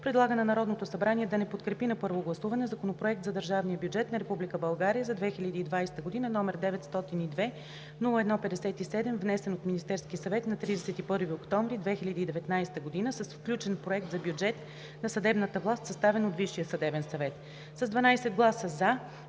предлага на Народното събрание да не подкрепи на първо гласуване Законопроект за държавния бюджет на Република България за 2020 г., № 902-01-57, внесен от Министерския съвет на 31 октомври 2019 г., с включен проект за бюджет на съдебната власт, съставен от Висшия